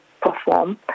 perform